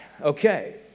Okay